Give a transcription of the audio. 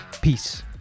peace